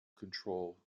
control